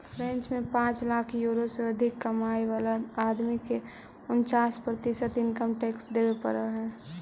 French में पाँच lakh euro से अधिक कमाय वाला आदमी के उन्चास प्रतिशत इनकम टैक्स देवे पड़ऽ हई